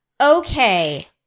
okay